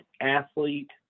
athlete